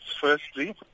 firstly